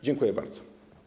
Dziękuję bardzo.